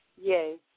Yes